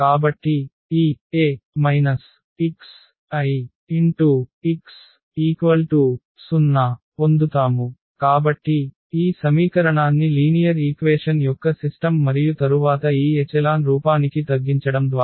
కాబట్టి ఈ A xIx 0 పొందుతాము కాబట్టి ఈ సమీకరణాన్ని లీనియర్ ఈక్వేషన్ యొక్క సిస్టమ్ మరియు తరువాత ఈ ఎచెలాన్ రూపానికి తగ్గించడం ద్వారా